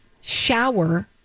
shower